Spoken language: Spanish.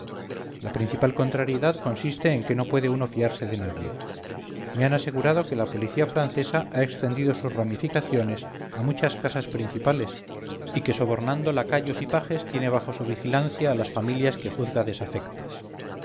la principal contrariedad consiste en que no puede uno fiarse de nadie me han asegurado que la policía francesa ha extendido sus ramificaciones a muchas casas principales y que sobornando lacayos y pajes tiene bajo su vigilancia a las familias que juzga desafectas